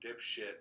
dipshit